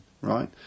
right